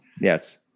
Yes